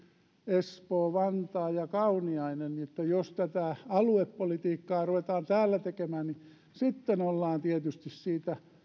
espoo vantaa ja kauniainen jos tätä aluepolitiikkaa ruvetaan täällä tekemään niin sitten ollaan tietysti siitä